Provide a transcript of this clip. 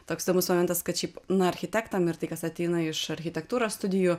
toks įdomus momentas kad šiaip na architektam ir tai kas ateina iš architektūros studijų